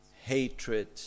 hatred